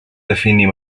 definir